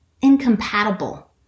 incompatible